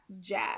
jazz